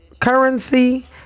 currency